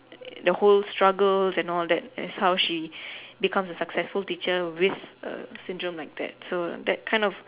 the whole struggles and all that and how she becomes a successful teacher with a syndrome like that